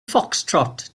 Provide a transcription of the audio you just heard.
foxtrot